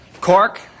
cork